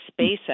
SpaceX